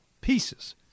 pieces